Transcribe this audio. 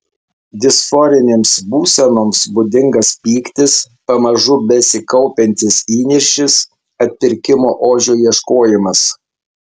disforinėms būsenoms būdingas pyktis pamažu besikaupiantis įniršis atpirkimo ožio ieškojimas